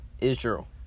Israel